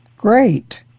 Great